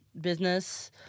business